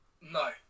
No